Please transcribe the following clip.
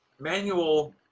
manual